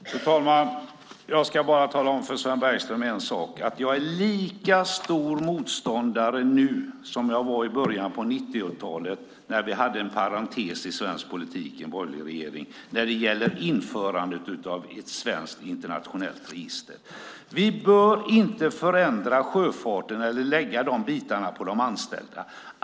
Fru talman! Jag ska tala om en sak för Sven Bergström. Jag är lika stor motståndare till införandet av ett svensk internationellt register nu som jag var i början av 90-talet när vi hade en parentes i svensk politik med en borgerlig regering. Vi bör inte förändra sjöfarten eller lägga dessa bitar på de anställda.